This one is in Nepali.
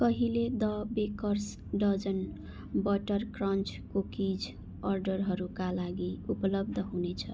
कहिले the Baker's Dozen butter crunch cookies अर्डरहरूका लागि उपलब्ध हुनेछ